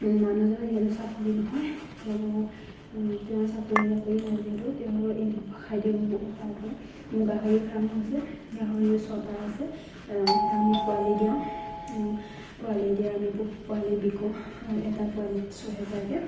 মানুহজনৰ যিহেতু চাকৰি নহয় তেওঁৰ চাকৰি বাকৰি নাই যিহেতু তেওঁ এই ব্যৱসায় মোৰ বহুত সহায় কৰে মোৰ গাহৰি ফাৰ্মো আছে গাহৰি ছটা আছে সেয়া আমি পোৱালি দিয়াওঁ পোৱালি দিয়া আমি পোৱালি বিকো এটা পোৱালিত ছহেজাৰকে